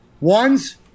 Ones